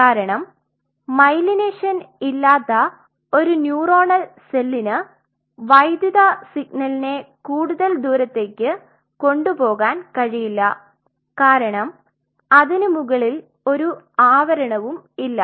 കാരണം മൈലൈനേഷൻ ഇല്ലാത്ത ഒരു ന്യൂറോണൽ സെല്ലിന്neuronal cell0 വൈദ്യുത സിഗ്നലിനെ കൂടുതൽ ദൂരത്തേക്ക് കൊണ്ടുപോകാൻ കഴിയില്ല കാരണം അതിന് മുകളിൽ ഒരു ആവരണവും ഇല്ല